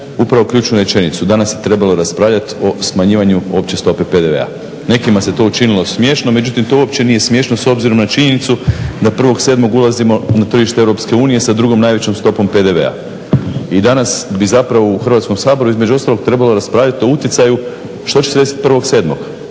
upravo ključnu rečenicu. Danas je trebalo raspravljati o smanjivanju opće stope PDV-a. Nekima se to učinilo smiješno, međutim to uopće nije smiješno s obzirom na činjenicu da 1.7. ulazimo na tržite EU sa drugom najvećom stopom PDV-a. I danas bi zapravo u Hrvatskom saboru između ostalog trebalo raspravljati o utjecaju što će se desiti 1.7.